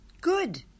Good